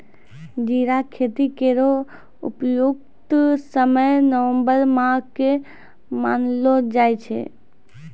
जीरा खेती केरो उपयुक्त समय नवम्बर माह क मानलो जाय छै